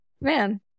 man